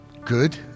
good